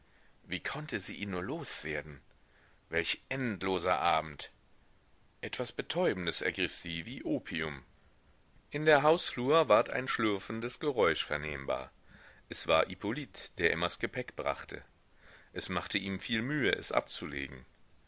wie konnte sie ihn nur loswerden welch endloser abend etwas betäubendes ergriff sie wie opium in der hausflur ward ein schlürfendes geräusch vernehmbar es war hippolyt der emmas gepäck brachte es machte ihm viel mühe es abzulegen